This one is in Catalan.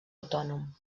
autònom